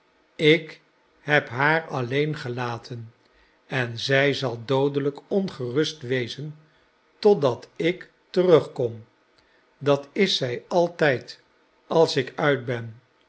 ik heb haar alleen gelaten en zij zal doodelijk ongerust wezen totdat ik terugkom dat is zij altijd als ik uit ben